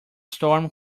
storm